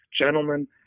Gentlemen